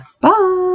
Bye